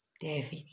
David